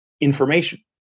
information